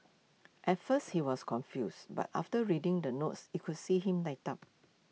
at first he was confused but after reading the notes you could see him light up